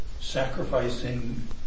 sacrificing